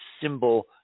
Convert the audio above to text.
symbol